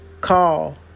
Call